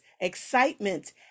excitement